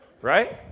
Right